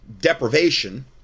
deprivation